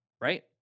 right